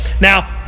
Now